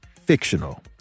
fictional